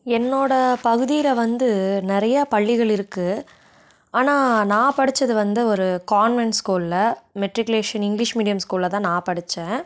என்னோடய பகுதியில் வந்து நிறையா பள்ளிகள் இருக்குது ஆனால் நான் படித்தது வந்து ஒரு கான்வென்ட் ஸ்கூலில் மெட்ரிகுலேஷன் இங்கிலீஷ் மீடியம் ஸ்கூலில் தான் நான் படித்தேன்